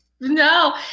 No